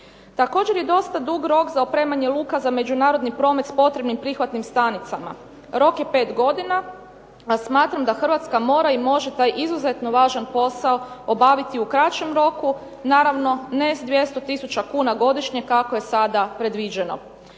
Također je dosta dug rok za opremanje luka za međunarodni promet sa potrebnim prihvatnim stanicama. Rok je pet godina, a smatram da Hrvatska mora i može taj izuzetno važan posao obaviti u kraćem roku, naravno ne s 200000 kuna godišnje kako je sada predviđeno.